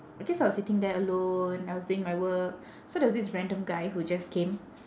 okay so I was sitting there alone I was doing my work so there was this random guy who just came